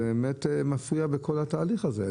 זה באמת מפריע בכול התהליך הזה.